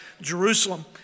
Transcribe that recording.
Jerusalem